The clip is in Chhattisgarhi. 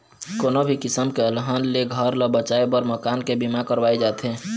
कोनो भी किसम के अलहन ले घर ल बचाए बर मकान के बीमा करवाए जाथे